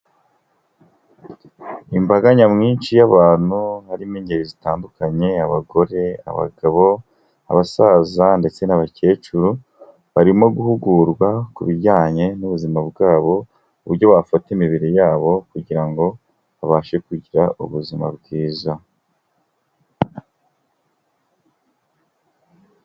Imbaga nyamwinshi y'abantu harimo ingeri zitandukanye, abagore, abagabo, abasaza ndetse n'abakecuru, barimo guhugurwa kubijyanye n'ubuzima bwabo, uburyo bafata imibiri yabo kugirango babashe kugira ubuzima bwiza.